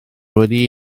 wedi